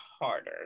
harder